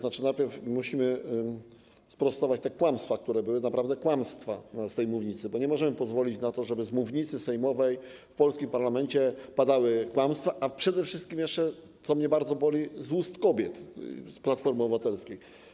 Najpierw musimy sprostować kłamstwa, które padły z tej mównicy, bo nie możemy pozwolić na to, żeby z mównicy sejmowej w polskim parlamencie padały kłamstwa, a przede wszystkim, co mnie bardzo boli, z ust kobiet z Platformy Obywatelskiej.